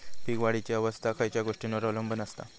पीक वाढीची अवस्था खयच्या गोष्टींवर अवलंबून असता?